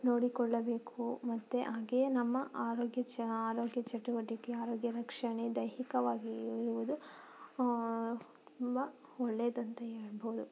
ನೋಡಿಕೊಳ್ಳಬೇಕು ಮತ್ತು ಹಾಗೆಯೇ ನಮ್ಮ ಆರೋಗ್ಯ ಚಾ ಆರೋಗ್ಯ ಚಟುವಟಿಕೆ ಆರೋಗ್ಯ ರಕ್ಷಣೆ ದೈಹಿಕವಾಗಿ ಇರುವುದು ತುಂಬ ಒಳ್ಳೆಯದಂತ ಹೇಳ್ಬೋದು